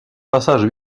passage